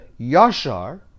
Yashar